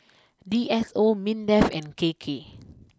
D S O Mindef and K K